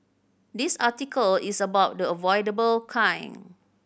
this article is about the avoidable kind